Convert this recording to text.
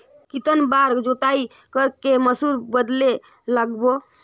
कितन बार जोताई कर के मसूर बदले लगाबो?